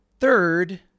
Third